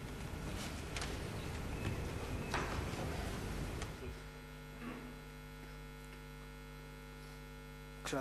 בבקשה,